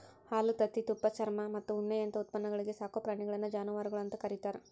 ಹಾಲು, ತತ್ತಿ, ತುಪ್ಪ, ಚರ್ಮಮತ್ತ ಉಣ್ಣಿಯಂತ ಉತ್ಪನ್ನಗಳಿಗೆ ಸಾಕೋ ಪ್ರಾಣಿಗಳನ್ನ ಜಾನವಾರಗಳು ಅಂತ ಕರೇತಾರ